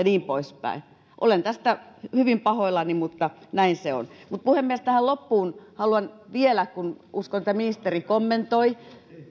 niin pois päin olen tästä hyvin pahoillani mutta näin se on mutta puhemies tähän loppuun haluan vielä koska uskon että ministeri kommentoi